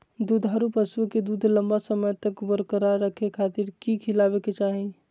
दुधारू पशुओं के दूध लंबा समय तक बरकरार रखे खातिर की खिलावे के चाही?